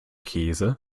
käse